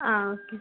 ആ ഓക്കെ